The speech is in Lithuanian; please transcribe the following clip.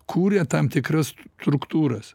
kūrė tam tikras struktūras